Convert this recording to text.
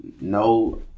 no